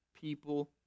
people